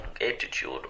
attitude